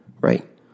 right